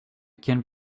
can